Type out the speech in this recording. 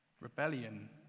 rebellion